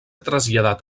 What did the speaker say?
traslladat